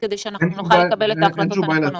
כדי שנוכל לקבל את ההחלטות הנכונות.